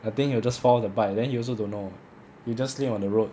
I think he will just fall off the bike then he also don't know he will just sleep on the road